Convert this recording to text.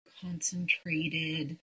concentrated